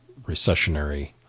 recessionary